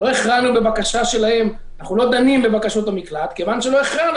אנחנו לא דנים בבקשות למקלט וכיוון שלא הכרענו,